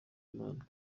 imana